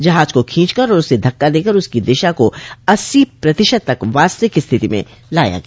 जहाज को खींचकर और उसे धक्का देकर उसकी दिशा को अस्सी प्रतिशत तक वास्तविक स्थिति में लाया गया